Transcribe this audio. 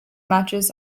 matches